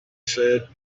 said